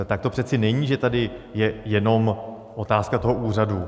Tak to přece není, že tady je jenom otázka toho úřadu.